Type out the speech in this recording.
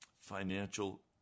financial